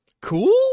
cool